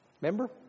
Remember